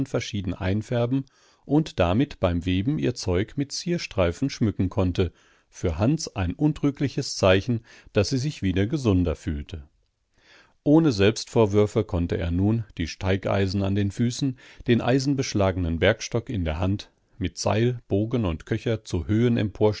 verschieden einfärben und damit beim weben ihr zeug mit zierstreifen schmücken konnte für hans ein untrügliches zeichen daß sie sich wieder gesünder fühlte ohne selbstvorwürfe konnte er nun die steigeisen an den füßen den eisenbeschlagenen bergstock in der hand mit seil bogen und köcher zu höhen